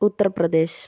Uttar Pradesh